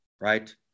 Right